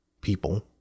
people